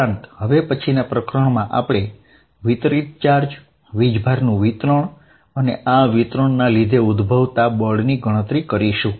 ઉપરાંત હવે પછીના પ્રકરણમાં આપણે વિતરિત ચાર્જ વીજભારનું વિતરણ અને આ વિતરણના લીધે ઉદભવતા બળની ગણતરી કરીશું